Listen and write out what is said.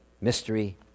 mystery